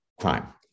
crime